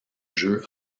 jeu